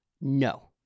No